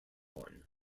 one